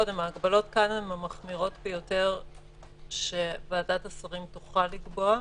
ההגבלות כאן הן המחמירות ביותר שוועדת השרים תוכל לקבוע,